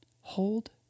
hold